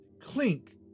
clink